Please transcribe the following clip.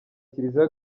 kiliziya